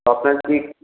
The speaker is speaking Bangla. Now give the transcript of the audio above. আপনার কি